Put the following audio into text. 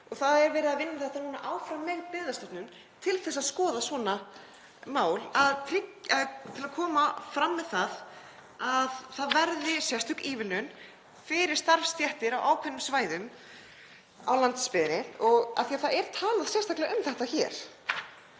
Það er verið að vinna þetta áfram með Byggðastofnun til að skoða svona mál, til að koma fram með að það verði sérstök ívilnun fyrir starfsstéttir á ákveðnum svæðum á landsbyggðinni. Af því að það er talað sérstaklega um það hér